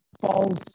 falls